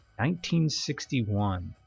1961